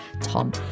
tom